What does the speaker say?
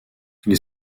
les